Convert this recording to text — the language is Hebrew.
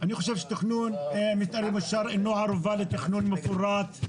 אני חושב שתכנון מתארי מאושר אינו ערובה לתכנון מפורט,